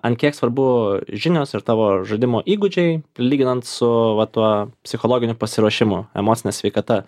ant kiek svarbu žinios ir tavo žaidimo įgūdžiai lyginant su va tuo psichologiniu pasiruošimu emocine sveikata